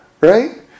Right